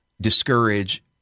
discourage